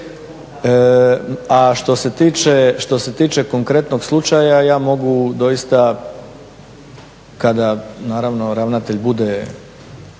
A što se tiče konkretnog slučaja ja mogu doista kada naravno ravnatelj bude